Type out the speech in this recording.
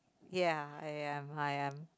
ya I am I am